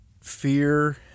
fear